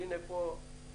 ופה המצב הפוך.